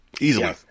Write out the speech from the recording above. Easily